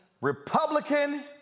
Republican